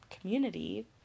community